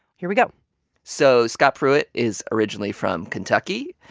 here we go so scott pruitt is originally from kentucky.